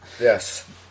yes